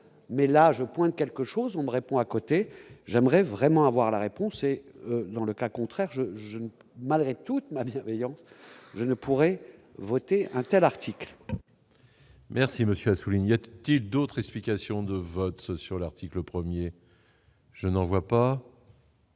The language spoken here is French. mais là je pointe quelque chose, on me répond à côté, j'aimerais vraiment avoir la réponse est dans le cas contraire, je je ne malgré toute la bienveillante, je ne pourrai voter untel article. Merci monsieur Assouline, y a-t-il d'autres explications de vote sur l'article 1er. Je n'en vois pas.